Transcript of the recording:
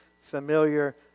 familiar